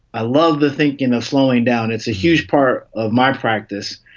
i love to think in a slowing down, it's a huge part of my practice,